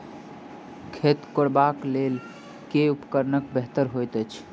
खेत कोरबाक लेल केँ उपकरण बेहतर होइत अछि?